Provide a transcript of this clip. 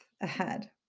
ahead